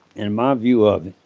and my view of it,